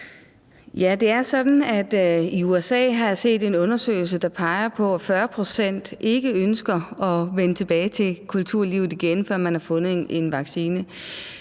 Det er sådan, at jeg har set en undersøgelse fra USA, der peger på, at 40 pct. ikke ønsker at vende tilbage til kulturlivet igen, før man har fundet en vaccine.